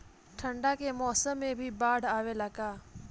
ठंडा के मौसम में भी बाढ़ आवेला का?